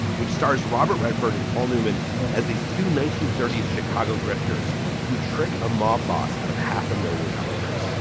which stars robert redford and paul newman as these two nineteen thirty s chicago grifters who trick a mob boss out of half a million dollars to